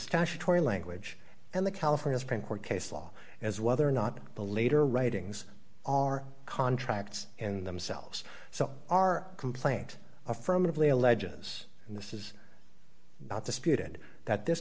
statutory language and the california supreme court case law as whether or not the later writings are contracts in themselves so our complaint affirmatively alleges and this is not disputed that this